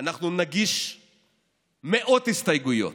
אנחנו נגיש מאות הסתייגויות.